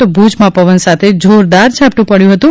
તો ભૂજમાં પવન શાતે જોરદાર ઝાપટું પડ્યું હતું